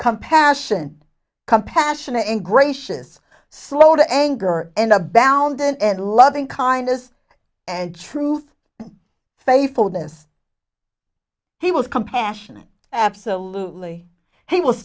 compassion compassionate and gracious slow to anger and a bound and loving kindness and truth faithful this he was compassionate absolutely he w